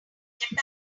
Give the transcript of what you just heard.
japan